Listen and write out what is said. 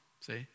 See